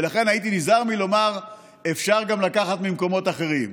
ולכן הייתי נזהר מלומר שאפשר גם לקחת ממקומות אחרים.